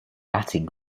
batting